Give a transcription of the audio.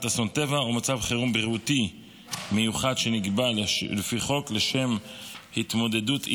מצב החירום מוגדר לפי הצעת החוק כמצב מיוחד בעורף,